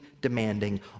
demanding